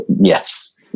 Yes